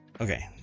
Okay